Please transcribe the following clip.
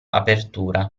apertura